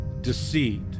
Deceit